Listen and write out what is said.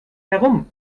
herum